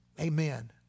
Amen